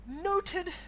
noted